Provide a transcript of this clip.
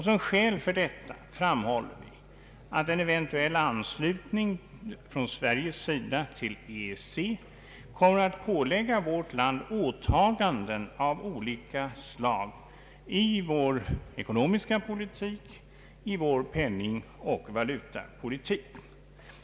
Som skäl för detta framhåller vi att en eventuell svensk anslutning till EEC kommer att ålägga vårt land åtaganden av olika slag i vår ekonomiska politik och i vår penningoch valutapolitik.